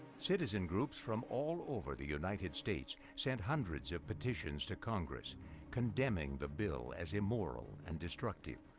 citizen groups from all over the united states sent hundreds of petitions to congress condemning the bill as immoral and destructive.